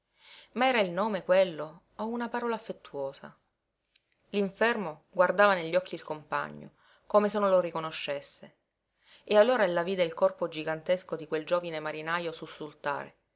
ma era il nome quello o una parola affettuosa l'infermo guardava negli occhi il compagno come se non lo riconoscesse e allora ella vide il corpo gigantesco di quel giovine marinajo sussultare